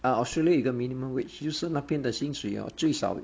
ah australia 有一个 minimum wage 就是那边的薪水啊最少